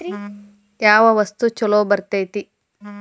ಯಾವ ವಸ್ತು ಛಲೋ ಬರ್ತೇತಿ?